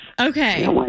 Okay